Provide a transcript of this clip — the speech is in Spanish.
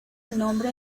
nombre